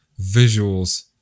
visuals